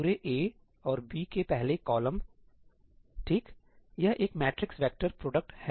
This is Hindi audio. पूरे A और B के पहले कॉलम ठीक यह एक मैट्रिक्स वेक्टर प्रोडक्ट है